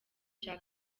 cya